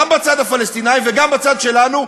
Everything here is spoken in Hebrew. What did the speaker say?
גם בצד הפלסטיני וגם בצד שלנו,